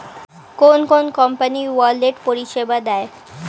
কোন কোন company wallet পরিষেবা দেয়?